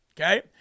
Okay